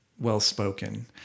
well-spoken